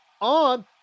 on